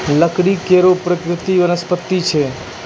लकड़ी कड़ो प्रकृति के वनस्पति छै